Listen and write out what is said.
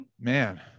Man